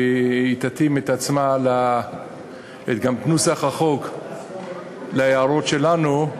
היא תתאים את עצמה ואת נוסח החוק להערות שלנו,